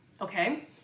Okay